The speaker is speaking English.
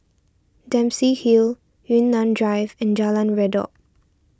Dempsey Hill Yunnan Drive and Jalan Redop